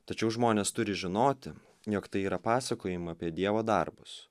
tačiau žmonės turi žinoti jog tai yra pasakojama apie dievo darbus